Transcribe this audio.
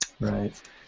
Right